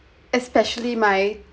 especially my